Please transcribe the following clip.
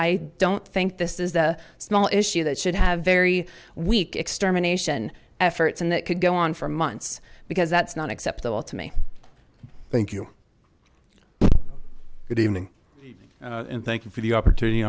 i don't think this is the small issue that should have very weak extermination efforts and that could go on for months because that's not acceptable to me thank you beaming and thank you for the opportunity